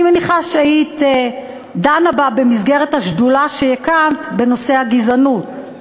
אני מניחה שהיית דנה בה במסגרת השדולה שהקמת בנושא הגזענות,